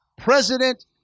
president